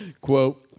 quote